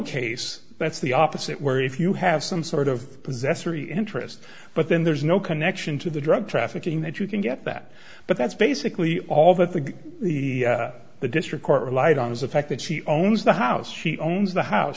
case that's the opposite where if you have some sort of possessory interest but then there's no connection to the drug trafficking that you can get that but that's basically all that the the the district court relied on is the fact that she owns the house she owns the house